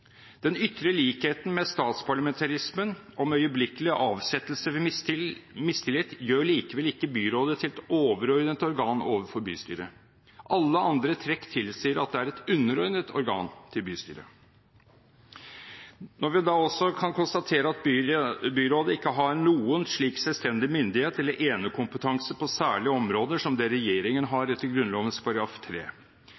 Den ytre likheten med statsparlamentarismen – om øyeblikkelig å avsettes ved mistillit – gjør likevel ikke byrådet til et overordnet organ overfor bystyret. Alle andre trekk tilsier at det er et underordnet organ til bystyret. Når vi da også kan konstatere at byrådet ikke har noen slik selvstendig myndighet til enekompetanse på særlige områder, som det regjeringen har